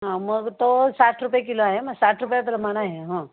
हां मग तो साठ रुपये किलो आहे मग साठ रुपये प्रमाणे आहे हां